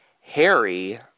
Harry